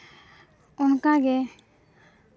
ᱚᱱᱠᱟᱜᱮ